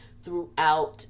throughout